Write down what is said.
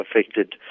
affected